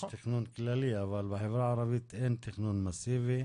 יש חוק תכנון כללי אבל בחברה הערבית אין תכנון מאסיבי,